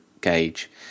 gauge